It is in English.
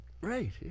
Right